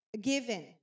given